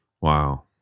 Wow